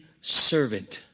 servant